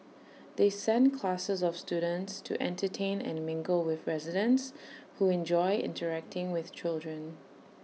they send classes of students to entertain and mingle with residents who enjoy interacting with children